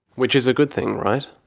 which is a good thing right?